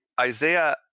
Isaiah